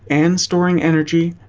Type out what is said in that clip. and storing energy,